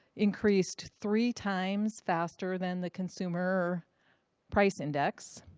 increased three times faster than the consumer price index,